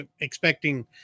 expecting